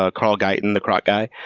ah karl guyton, the croc guy